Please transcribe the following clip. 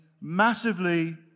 massively